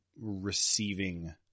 receiving